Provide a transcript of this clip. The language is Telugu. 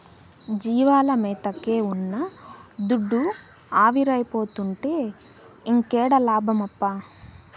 జీవాల మేతకే ఉన్న దుడ్డు ఆవిరైపోతుంటే ఇంకేడ లాభమప్పా